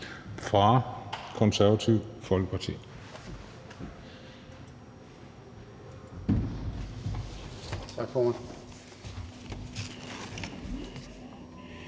Det Konservative Folkeparti.